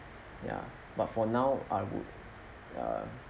ya but for now I would ya